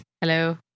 Hello